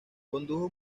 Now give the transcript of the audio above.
condujo